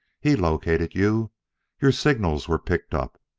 he located you your signals were picked up.